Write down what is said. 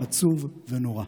עצוב ונורא.